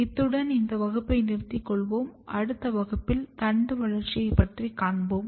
இத்துடன் இந்த வகுப்பை நிறுத்திக்கொள்வோம் அடுத்த வகுப்பில் தண்டு வளர்ச்சியைப் பற்றி பார்ப்போம்